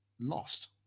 lost